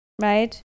right